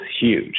huge